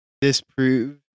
disprove